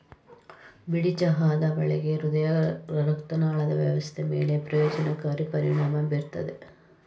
ಬಿಳಿ ಚಹಾದ ಬಳಕೆ ಹೃದಯರಕ್ತನಾಳದ ವ್ಯವಸ್ಥೆ ಮೇಲೆ ಪ್ರಯೋಜನಕಾರಿ ಪರಿಣಾಮ ಬೀರ್ತದೆ